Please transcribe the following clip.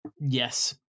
Yes